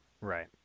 Right